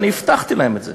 ואני הבטחתי להם את זה.